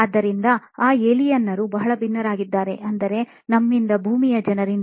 ಆದ್ದರಿಂದ ಆ ಏಲಿಯನ್ ರು ಬಹಳ ಭಿನ್ನರಾಗಿದ್ದಾರೆ ಅಂದರೆ ನಮ್ಮಿಂದ ಭೂಮಿಯ ಜನರಿಂದ